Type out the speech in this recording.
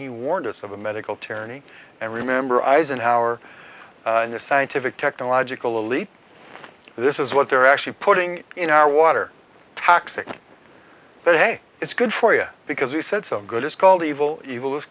he warned us of a medical tyranny and remember eisenhower and the scientific technological leap this is what they're actually putting in our water taxing but hey it's good for you because you said so good it's called evil evil is